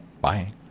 Bye